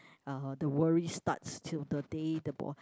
uh the worry starts till the day the boy